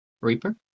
reaper